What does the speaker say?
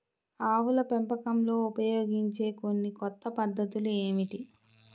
ఆవుల పెంపకంలో ఉపయోగించే కొన్ని కొత్త పద్ధతులు ఏమిటీ?